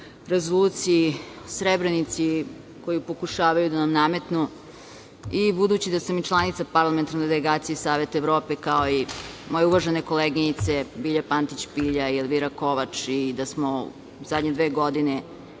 rezoluciji, Srebrenici koju pokušavaju da nam nametnu. Budući da sam članica parlamentarne delegacije Saveta Evrope, kao i moje uvažene koleginice Bilja Pantić Pilja i Elvira Kovač i da smo u zadnje dve godine